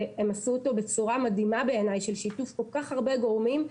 שהם עשו אותו בצורה מדהימה בעיניי של שיתוף כל כך הרבה גורמים,